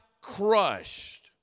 crushed